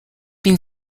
been